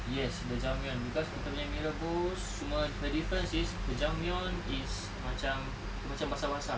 yes jajangmyeon cause kita punya mee rebus semua the difference is jajangmyeon is macam dia macam basah-basah